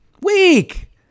Weak